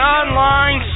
online